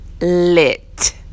lit